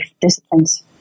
disciplines